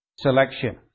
selection